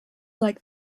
like